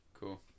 Cool